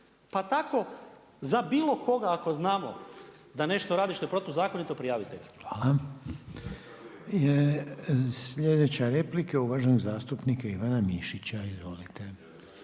Pa tako za bilo koga ako znamo da nešto radi što je protuzakonito prijavite ga! **Reiner, Željko (HDZ)** Hvala. Sljedeća replika je uvaženog zastupnika Ivana Mišića. Izvolite.